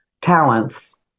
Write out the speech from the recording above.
talents